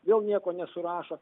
vėl nieko nesurašo